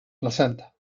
placenta